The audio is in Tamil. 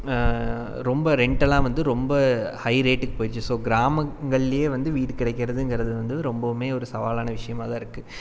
ரொம்ப ரென்ட்டெல்லாம் வந்து ரொம்ப ஹை ரேட்டுக்கு போயிடுச்சு ஸோ கிராமங்கள்லே வந்து வீடு கிடைக்கிறதுங்குறது வந்து ரொம்பவுமே ஒரு சவாலான விஷயமாதான் இருக்குது